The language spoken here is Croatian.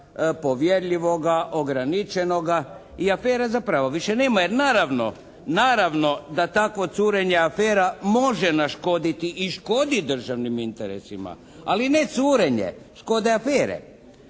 povjerljivoga, ograničenoga i afera zapravo više nema. Jer naravno da takvo curenje afera može naškoditi i škodi državnim interesima. Ali ne curenje, škode afere.